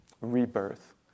rebirth